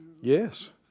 Yes